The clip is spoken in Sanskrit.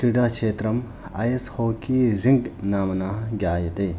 क्रीडाक्षेत्रं ऐस् हाकि रिङ्ग् नाम्ना ज्ञायते